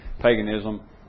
paganism